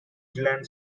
zealand